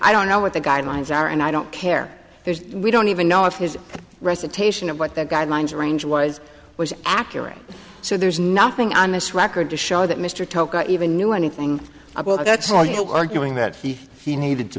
i don't know what the guidelines are and i don't care there's we don't even know if his recitation of what the guidelines range was was accurate so there's nothing on this record to show that mr toca even knew anything about it that's all you know arguing that the he needed to